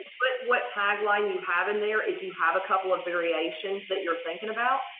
but what tagline you have in there if you have a couple of variations that you're thinking about,